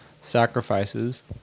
sacrifices